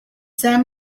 sam